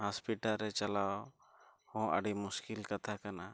ᱨᱮ ᱪᱟᱞᱟᱣ ᱦᱚᱸ ᱟᱹᱰᱤ ᱢᱩᱥᱠᱤᱞ ᱠᱟᱛᱷᱟ ᱠᱟᱱᱟ